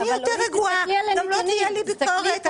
אני אהיה יותר רגועה וגם לא תהיה לי ביקורת --- אבל אורית,